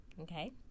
okay